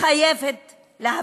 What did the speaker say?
חייבת להפסיק.